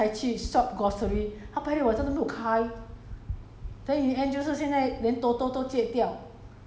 but 就已经懒惰去买现在变成我已经变成拜六晚上才去 shop grocery 它拜六晚上都没有开